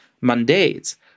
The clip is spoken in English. mandates